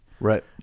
Right